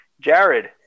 Jared